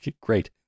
Great